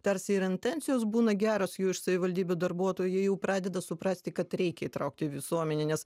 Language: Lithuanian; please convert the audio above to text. tarsi ir intencijos būna geros jų iš savivaldybių darbuotojai jau pradeda suprasti kad reikia įtraukti visuomenę nes